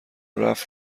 رفت